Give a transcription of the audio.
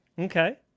Okay